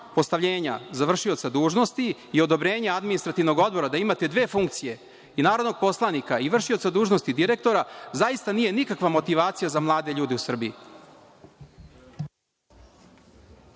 postavljenja za vršioca dužnosti i odobrenje Administrativnog odbora da imate dve funkcije, i narodnog poslanika i vršioca dužnosti direktora, zaista nije nikakva motivacija za mlade ljude u Srbiji.